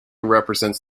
represents